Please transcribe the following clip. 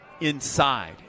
Inside